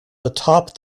atop